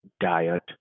diet